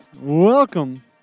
welcome